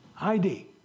ID